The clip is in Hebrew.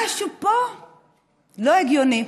משהו פה לא הגיוני.